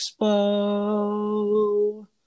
Expo